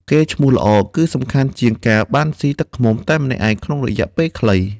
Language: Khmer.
កេរ្តិ៍ឈ្មោះល្អ គឺសំខាន់ជាងការបានស៊ីទឹកឃ្មុំតែម្នាក់ឯងក្នុងរយៈពេលខ្លី។